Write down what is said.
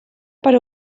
per